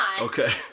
okay